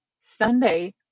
Sunday